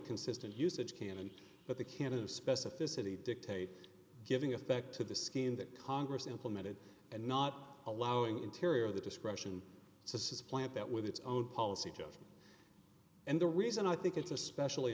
consistent usage canon but the canon of specificity dictate giving effect to the scheme that congress implemented and not allowing interior the discretion to supplant that with its own policy joe and the reason i think it's especially